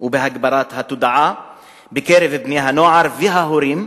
ובהגברת התודעה בקרב בני-הנוער וההורים,